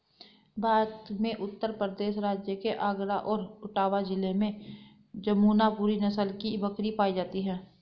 भारत में उत्तर प्रदेश राज्य के आगरा और इटावा जिले में जमुनापुरी नस्ल की बकरी पाई जाती है